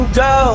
go